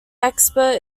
expert